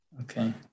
okay